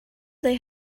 they